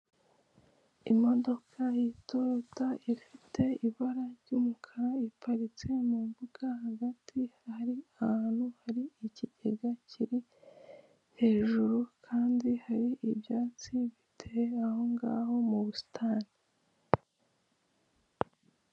Imodoka yi toyota ifite ibara ry'umukara iparitse mu mbuga hagati hari ahantu hari ikigega kiri hejuru kandi hari ibyatsi biteye ahongaho mu busitani.